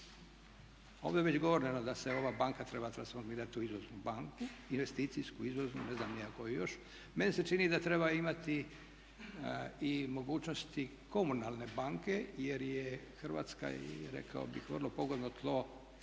Ovo je već govore da se ova banka treba transformirati u izvoznu banku, investicijsku izvoznu, ne znam ni ja koju još. Meni se čini da treba imati i mogućnosti komunalne banke jer je Hrvatska rekao bih vrlo pogodno tlo